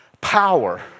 power